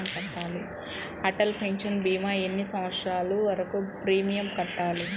Atal pension భీమా ఎన్ని సంవత్సరాలు వరకు ప్రీమియం కట్టాలి?